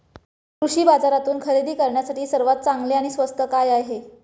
कृषी बाजारातून खरेदी करण्यासाठी सर्वात चांगले आणि स्वस्त काय आहे?